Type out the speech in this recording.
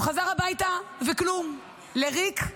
הוא חזר הביתה וכלום, לריק,